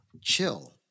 chill